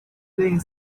playing